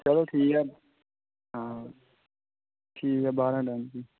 चलो ठीक ऐ हां ठीक ऐ बारां डन भी